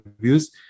reviews